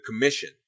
commission